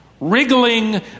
wriggling